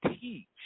teach